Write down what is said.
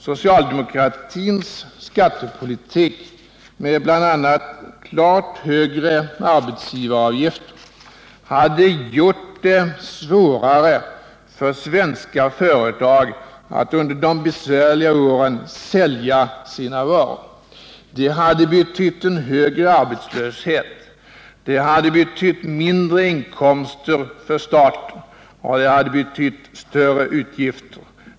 Socialdemokratins skattepolitik, med bl.a. klart högre arbetsgivaravgifter, hade gjort det svårare för svenska företag att under de besvärliga åren sälja sina varor. Det hade betytt en högre arbetslöshet. Det hade betytt mindre inkomster för staten, och det hade betytt större utgifter.